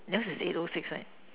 yours is eight o six right